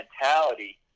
mentality